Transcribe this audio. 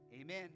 Amen